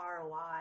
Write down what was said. ROI